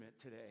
today